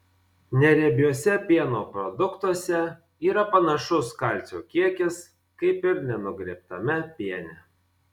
neriebiuose pieno produktuose yra panašus kalcio kiekis kaip ir nenugriebtame piene